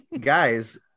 guys